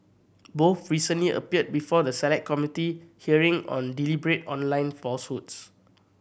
both recently appeared before the Select Committee hearing on deliberate online falsehoods